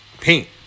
paint